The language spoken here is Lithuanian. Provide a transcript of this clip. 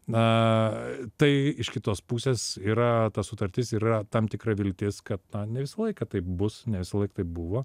na tai iš kitos pusės yra ta sutartis yra tam tikra viltis kad na ne visą laiką taip bus nes visą laiką taip buvo